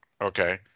okay